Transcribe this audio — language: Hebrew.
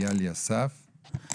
איל אסף.